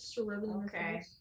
Okay